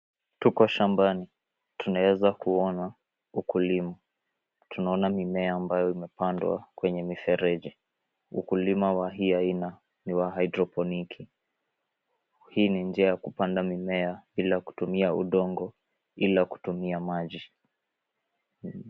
Tuko shambani tunaweza kuona ukulima, tuna ona mimea ambayo ime pandwa kwenye mifereji, ukulima wa hii aina ni wa haidroponiki. Hii ni njia ya kupanda mimea bila kutumia udongo ila kutumia maji.